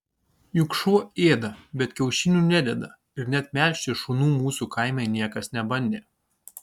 juk šuo ėda bet kiaušinių nededa ir net melžti šunų mūsų kaime niekas nebandė